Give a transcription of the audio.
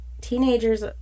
teenagers